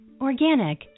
Organic